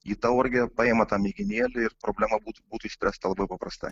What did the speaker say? į tauragę paima tą mėginėlį ir problema būtų išspręsta labai paprastai